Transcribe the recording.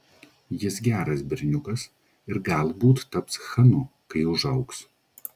jis geras berniukas ir galbūt taps chanu kai užaugs